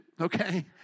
okay